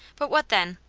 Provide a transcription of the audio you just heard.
but what then?